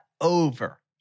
over